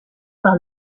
par